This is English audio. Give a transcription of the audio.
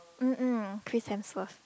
mm mm Chris-Hemsworth